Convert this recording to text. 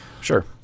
Sure